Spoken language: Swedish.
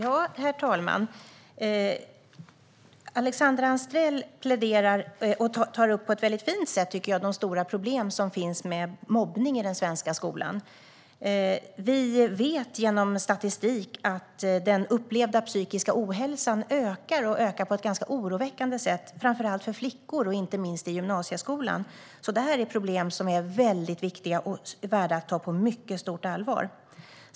Herr talman! Alexandra Anstrell tar på ett fint sätt upp de stora problem som finns med mobbning i den svenska skolan. Vi vet genom statistik att den upplevda psykiska ohälsan ökar på ett oroväckande sätt för framför allt flickor, inte minst i gymnasieskolan. Det är problem som är viktiga och värda att ta på mycket stort allvar.